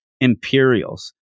Imperials